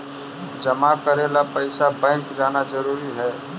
जमा करे ला पैसा बैंक जाना जरूरी है?